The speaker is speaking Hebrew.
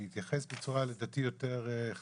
אני אתייחס בצורה לדעתי יותר חלוטה.